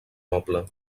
noble